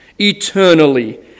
eternally